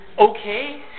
Okay